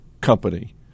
company